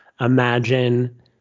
imagine